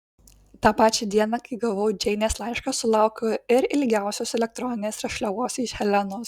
tą pačią dieną kai gavau džeinės laišką sulaukiau ir ilgiausios elektroninės rašliavos iš helenos